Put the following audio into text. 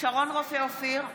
שרון רופא אופיר,